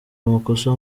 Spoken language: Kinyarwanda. amakosa